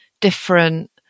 different